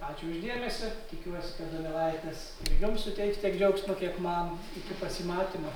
ačiū už dėmesį tikiuosi kad donelaitis ir jum suteiks tiek džiaugsmo kiek man iki pasimatymo